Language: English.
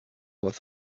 with